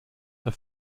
are